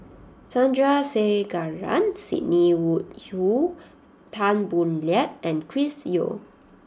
Sandrasegaran Sidney Woodhull Tan Boo Liat and Chris Yeo